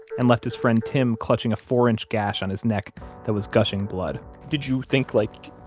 and left his friend tim clutching a four-inch gash on his neck that was gushing blood did you think, like,